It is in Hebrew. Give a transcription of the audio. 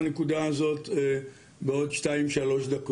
מה שאנחנו הולכים לעשות עכשיו זה איזה שהוא דיון רקע מקדים